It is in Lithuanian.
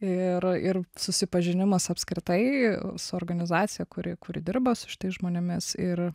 ir ir susipažinimas apskritai su organizacija kuri kuri dirba su šitais žmonėmis ir